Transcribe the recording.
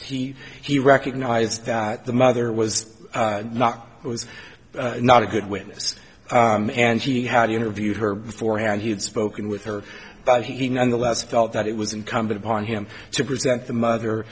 he he recognized that the mother was not was not a good witness and she had interviewed her beforehand he had spoken with her but he nonetheless felt that it was incumbent upon him to present the